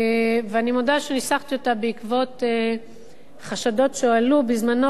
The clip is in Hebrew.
ואני מודה שניסחתי אותה בעקבות חשדות שהועלו בזמנו